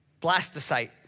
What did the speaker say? blastocyte